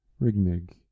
Rigmig